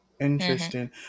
Interesting